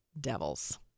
devils